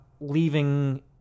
leaving